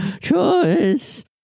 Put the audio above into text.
choice